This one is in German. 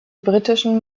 britischen